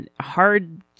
hard